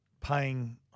paying